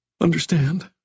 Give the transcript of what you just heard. understand